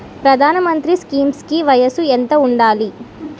ప్రధాన మంత్రి స్కీమ్స్ కి వయసు ఎంత ఉండాలి?